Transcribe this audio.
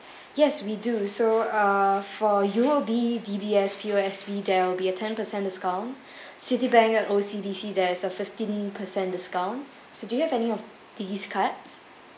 yes we do so uh for U_O_B D_B_S P_O_S_B there will be a ten percent discount citibank and O_C_B_C there is a fifteen percent discount so do you have any of these card